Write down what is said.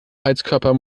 heizkörper